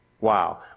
Wow